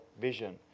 vision